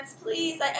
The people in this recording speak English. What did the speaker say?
please